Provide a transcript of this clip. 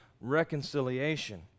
reconciliation